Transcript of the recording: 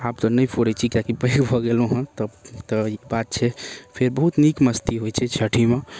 आब तऽ नै फोड़ै छी किएकि पैघ भऽ गेलौं हँ तऽ तऽ ई बात छै फेर बहुत नीक मस्ती होइछै छठीमऽ